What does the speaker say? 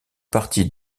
partie